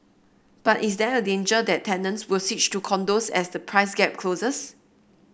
but is there a danger that tenants will switch to condos as the price gap closes